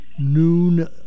Noon